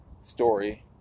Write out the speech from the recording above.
story